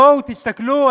בואו תסתכלו,